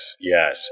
yes